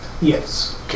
Yes